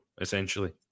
essentially